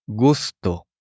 gusto